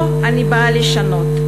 פה אני באה לשנות.